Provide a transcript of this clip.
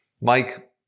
Mike